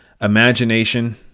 imagination